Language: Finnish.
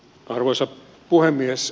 arvoisa puhemies